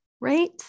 Right